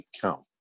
count